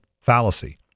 fallacy